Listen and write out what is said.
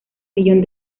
millón